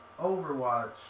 Overwatch